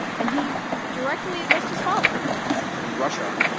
and he directly addressed his father in russia,